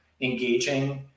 engaging